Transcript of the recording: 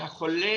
והחולה,